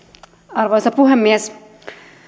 arvoisa puhemies